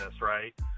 right